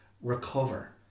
Recover